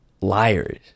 liars